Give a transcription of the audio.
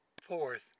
Fourth